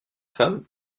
femme